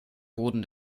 boden